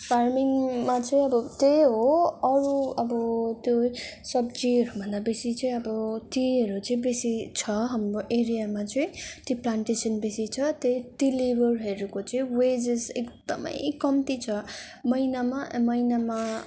फार्मिङमा चाहिँ अब त्यही हो अरू अब त्यो सब्जीहरू भन्दा बेसी चाहिँ अब टीहरू चाहिँ बेसी छ हाम्रो एरियामा चाहिँ त्यो प्लानटेसन बेसी छ त्यो त्यही लेबरहरूको चाहिँ वेजेस एकदमै कम्ती छ महिनामा ए महिनामा